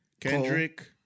Kendrick